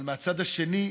אבל מהצד השני,